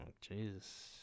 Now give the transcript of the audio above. Jesus